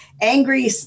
angry